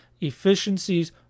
efficiencies